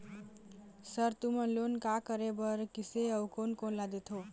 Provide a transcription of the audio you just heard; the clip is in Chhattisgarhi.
सर तुमन लोन का का करें बर, किसे अउ कोन कोन ला देथों?